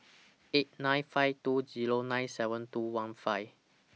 eight nine five two Zero nine seven two one five